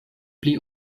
pli